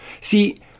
See